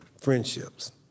friendships